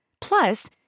Plus